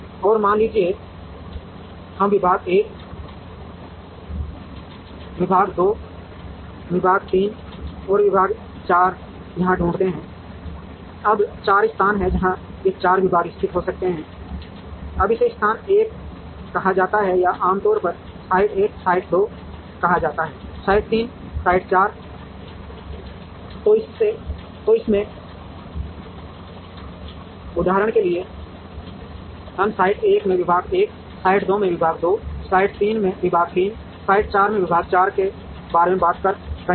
और मान लीजिए हम विभाग 1 यहाँ विभाग 2 यहाँ विभाग 3 यहाँ और विभाग 4 यहाँ ढूँढते हैं अब 4 स्थान हैं जहाँ ये 4 विभाग स्थित हो सकते हैं अब इसे स्थान 1 कहा जाता है या आमतौर पर साइट 1 साइट 2 कहा जाता है साइट 3 साइट 4 तो इसमें उदाहरण के लिए हम साइट 1 में विभाग 1 साइट 2 में विभाग 2 साइट 3 में विभाग 3 साइट 4 में विभाग 4 के बारे में बात कर रहे हैं